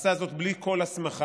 עשה זאת בלי כל הסמכה,